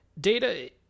data